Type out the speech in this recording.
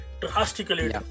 Drastically